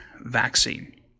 vaccine